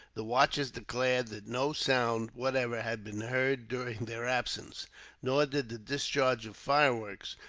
the watchers declared that no sound, whatever, had been heard during their absence nor did the discharge of fireworks,